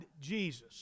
Jesus